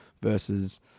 versus